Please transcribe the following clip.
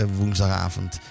woensdagavond